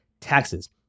taxes